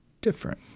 different